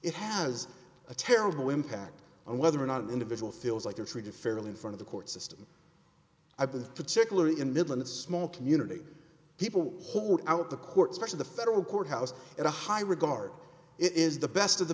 it has a terrible impact on whether or not an individual feels like they're treated fairly in front of the court system i've been particularly in midland a small community people hold out the courts most of the federal courthouse in a high regard it is the best of the